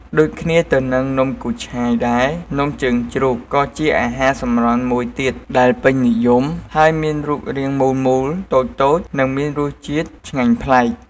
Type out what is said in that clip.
ដូចគ្នាទៅនឹងនំគូឆាយដែរ នំជើងជ្រូកក៏ជាអាហារសម្រន់មួយទៀតដែលពេញនិយមហើយមានរូបរាងមូលៗ តូចៗ និងមានរសជាតិឆ្ងាញ់ប្លែក។